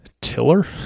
tiller